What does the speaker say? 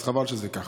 אז חבל שזה כך.